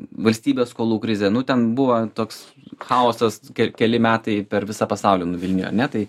valstybės skolų krizė nu ten buvo toks chaosas ir keli metai per visą pasaulį nuvilnijo ar ne tai